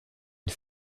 une